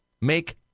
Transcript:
make